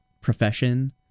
profession